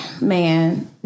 man